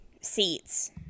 seats